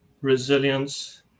resilience